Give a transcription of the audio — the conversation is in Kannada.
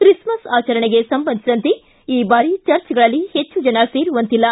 ಕ್ರಿಸ್ಮಸ್ ಆಚರಣೆಗೆ ಸಂಬಂಧಿಸಿದಂತೆ ಈ ಬಾರಿ ಚರ್ಚ್ಗಳಲ್ಲಿ ಹೆಚ್ಚು ಜನ ಸೇರುವಂತಿಲ್ಲ